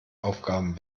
aufgaben